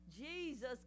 jesus